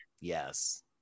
Yes